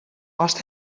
ast